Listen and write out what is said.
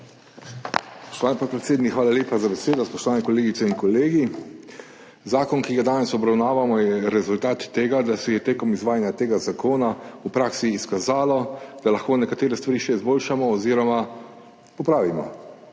hvala lepa za besedo. Spoštovani kolegice in kolegi! Zakon, ki ga danes obravnavamo, je rezultat tega, da se je med izvajanjem tega zakona v praksi izkazalo, da lahko nekatere stvari še izboljšamo oziroma popravimo.